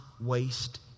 waste